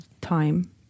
time